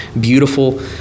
beautiful